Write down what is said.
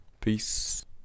Peace